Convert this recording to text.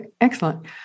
excellent